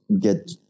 get